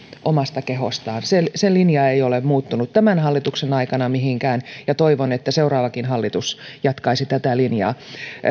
omasta kehostaan se se linja ei ole muuttunut tämän hallituksen aikana mihinkään ja toivon että seuraavakin hallitus jatkaisi tätä linjaa